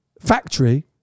factory